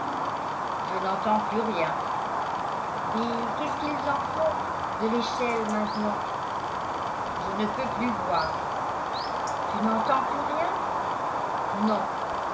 je n'entends plus rien et qu'est-ce qu'ils en font de l'échelle maintenant je ne peux plus voir tu n'entends plus rien non